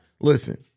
listen